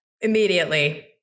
immediately